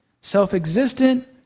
self-existent